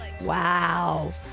Wow